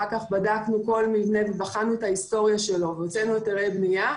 אחר כך בדקנו כל מבנה ובחנו את ההיסטוריה שלו והוצאנו היתרי בניה.